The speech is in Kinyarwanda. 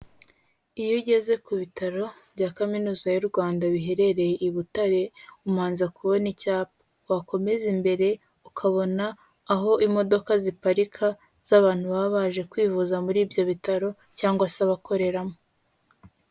Iyo ugeze ku Bitaro bya Kaminuza y'u Rwanda biherereye i Butare, umanza kubona icyapa. Wakomeza imbere ukabona aho imodoka ziparika z'abantu baba baje kwivuza muri ibyo bitaro cyangwa se abakoreramo.